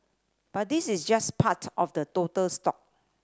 but this is just part of the total stock